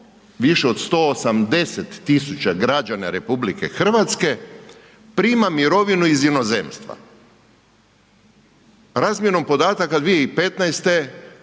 više od 180 000 građana RH prima mirovinu iz inozemstva. Razmjenom podataka 2015.